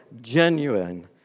genuine